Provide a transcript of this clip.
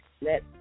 Let